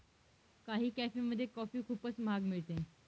काही कॅफेमध्ये कॉफी खूपच महाग मिळते